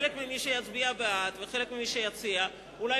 חלק ממי שיצביעו בעד וחלק ממי שיציעו אולי